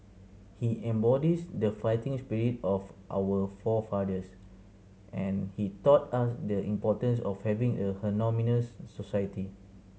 he embodies the fighting spirit of our forefathers and he taught us the importance of having a harmonious society